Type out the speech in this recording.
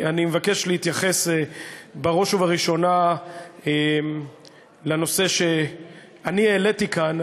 אני מבקש להתייחס בראש ובראשונה לנושא שאני העליתי כאן.